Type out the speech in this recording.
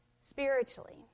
spiritually